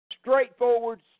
Straightforward